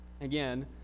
Again